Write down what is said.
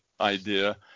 idea